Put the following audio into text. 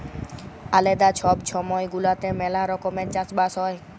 আলেদা ছব ছময় গুলাতে ম্যালা রকমের চাষ বাস হ্যয়